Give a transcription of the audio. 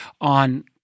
on